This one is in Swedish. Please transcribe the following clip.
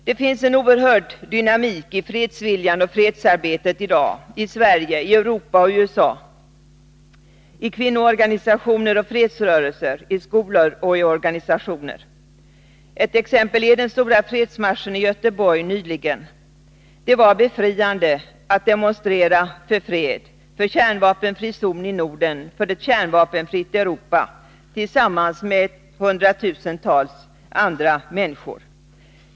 Det finns en oerhörd dynamik i fredsviljan och fredsarbetet i dag, i Sverige, i Europa och i USA — i kvinnoorganisationer och fredsrörelser, i skolor och andra organisationer. Ett exempel är den stora fredsmarschen i Göteborg nyligen. Det var befriande att demonstrera för fred, för kärnvapenfri zon i Norden, för ett kärnvapenfritt Europa tillsammans med hundratusentals andra människor.